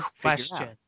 question